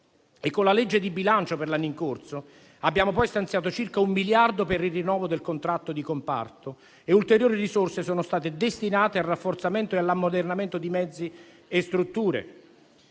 Con la legge di bilancio per l'anno in corso abbiamo poi stanziato circa un miliardo per il rinnovo del contratto di comparto e ulteriori risorse sono state destinate al rafforzamento e all'ammodernamento di mezzi e strutture.